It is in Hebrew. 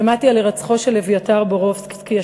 שמעתי על הירצחו של אביתר בורובסקי,